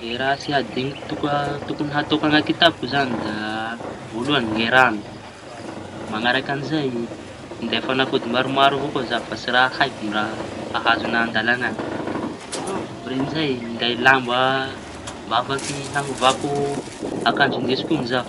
Ny raha tsy adiñoko to- tokoñy ataoko añaty kitapoko zañy. Da voalohañy ny raño, mañaraky añizay minday fañafody maromaro avao koa zaho fa tsy raha haiko na hahazo añahy an-dalaña añy. Mañaraky zay minday lamba aky hañovako akanzo ndesiko iñy zaho.